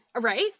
right